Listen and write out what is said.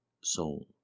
soul